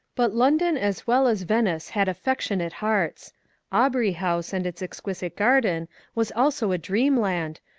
but london as well as venice had affectionate hearta aubrey house and its exquisite garden was also a dream land,